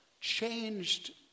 changed